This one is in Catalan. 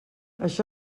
això